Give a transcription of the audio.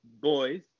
boys